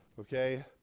Okay